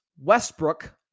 Westbrook